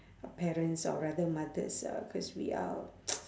uh parents or rather mothers uh cause we are